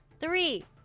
Three